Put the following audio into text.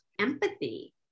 empathy